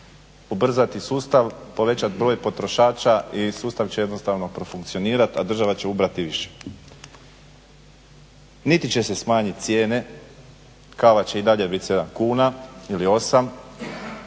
ubrzati sustav, povećati broj potrošača i sustav će jednostavno profunkcionirati, a država će ubrati više, niti će se smanjiti cijene, kava će i dalje biti 7 kuna ili 8,